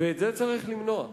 ואת זה צריך למנוע.